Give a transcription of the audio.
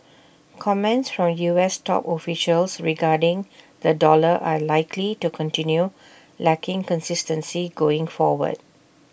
comments from us top officials regarding the dollar are likely to continue lacking consistency going forward